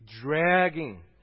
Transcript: dragging